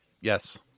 Yes